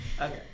Okay